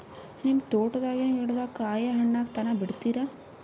ನಿಮ್ಮ ತೋಟದಾಗಿನ್ ಗಿಡದಾಗ ಕಾಯಿ ಹಣ್ಣಾಗ ತನಾ ಬಿಡತೀರ?